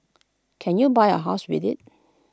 can you buy A house with IT